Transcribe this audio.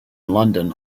london